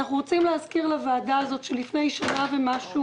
אנחנו רוצים להזכיר לוועדה הזאת שלפני שנה ומשהו